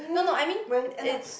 no no I mean it's